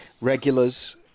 regulars